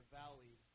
valley